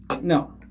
no